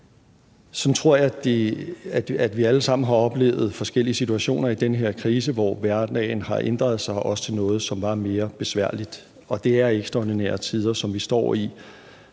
Sådan tror jeg vi alle sammen har oplevet forskellige situationer i den her krise, hvor hverdagen har ændret sig, også til noget, som var mere besværligt. Det er ekstraordinære tider, vi står i,